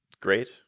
great